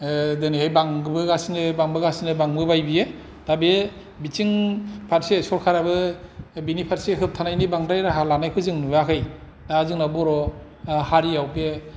दिनैहाय बांबोगासिनो बांबोगासिनो बांबोबाय बियो दा बे बिथिं फारसे सरखाराबो बेनि फारसे होबथानायनि बांद्राय राहा लानायखौ जों नुयाखै दा जोंनाव बर' हारियाव बे